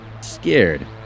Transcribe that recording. scared